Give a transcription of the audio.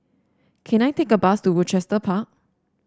can I take a bus to Rochester Park